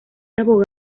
abogada